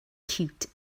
cute